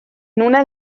una